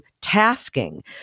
tasking